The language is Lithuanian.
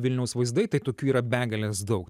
vilniaus vaizdai tai tokių yra begalės daug